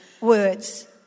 words